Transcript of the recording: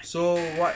so what